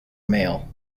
male